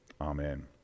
amen